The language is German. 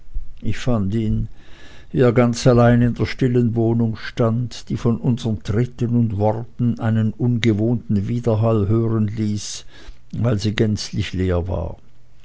ich fand ihn wie er ganz allein in der stillen wohnung stand die von unsern tritten und worten einen ungewohnten widerhall hören ließ weil sie gänzlich leer war